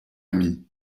amie